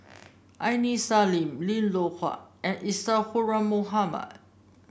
Aini Salim Lim Loh Huat and Isadhora Mohamed